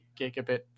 gigabit